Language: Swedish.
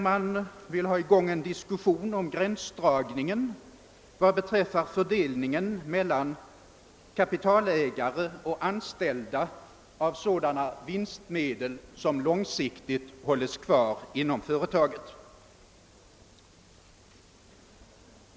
Man vill där få i gång en diskussion om gränsdragningen vad beträffar fördelningen mellan kapitalägare och anställda av äganderätten till sådana vinstmedel som långsiktigt hålls kvar inom företagen.